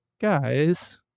guys